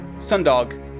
Sundog